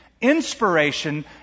Inspiration